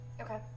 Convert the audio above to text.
Okay